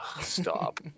stop